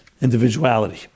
individuality